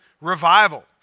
Revival